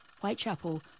Whitechapel